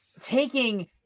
taking –